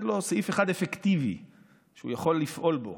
לו סעיף אחד אפקטיבי שהוא יכול לפעול בו.